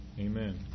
amen